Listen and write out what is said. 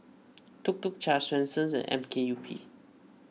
Tuk Tuk Cha Swensens and M K U P